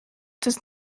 does